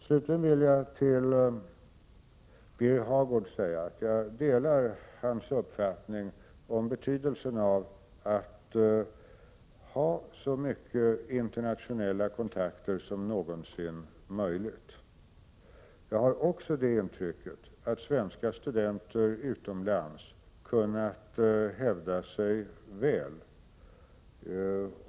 Slutligen vill jag till Birger Hagård säga att jag delar hans uppfattning om betydelsen av att ha så mycket internationella kontakter som någonsin är möjligt. Jag har också det intrycket att svenska studenter utomlands har kunnat hävda sig väl.